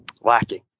lacking